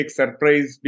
surprise